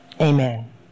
amen